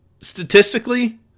statistically